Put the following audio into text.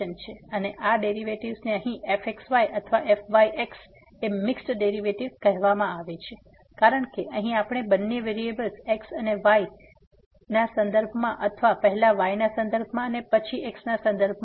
અને આ ડેરિવેટિવ્ઝને અહીં fxy અથવા fyx એ મિક્સ્ડ ડેરિવેટિવ્ઝ કહેવામાં આવે છે કારણ કે અહીં આપણે બંને વેરીએબલ્સ x અને પછી y ના સંદર્ભમાં અથવા પહેલા y ના સંદર્ભમાં અને પછી x ના સંદર્ભમાં